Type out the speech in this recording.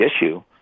issue